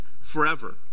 forever